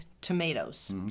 tomatoes